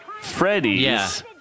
Freddy's